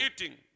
Eating